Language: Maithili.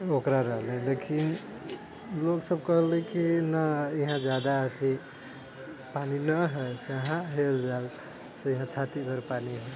ओकरा रहलै लेकिन लोकसब कहले कि नहि इएह ज्यादा अथी पानी नहि हइ से अहाँ हेल जाउ छातीभर पानी हइ